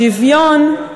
שוויון,